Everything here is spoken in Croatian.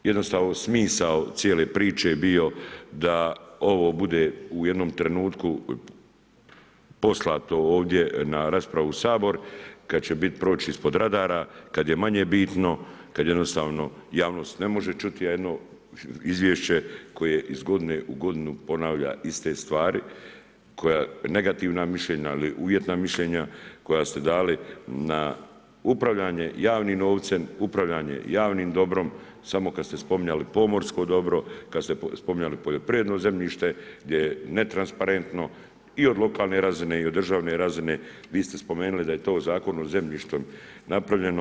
Jednostavno smisao cijele priče je bio da ovo bude u jednom trenutku poslano ovdje na raspravu u Sabor kad će bit proć ispod radara, kad je manje bitno, kad jednostavno javnost ne može čuti jedno izvješće koje iz godine u godinu, ponavlja iste stvari, koja negativna mišljenja, ali uvjetna mišljenja koja ste dali na upravljanje javnim novcem, upravljanje javnim dobrom, samo kad ste spominjali pomorsko dobro, kad ste spominjali poljoprivredno zemljište, gdje je netransparentno i od lokalne razine i od državne razine, vi ste spomenuli da je to Zakon o zemljištem napravljeno.